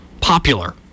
popular